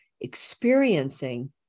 experiencing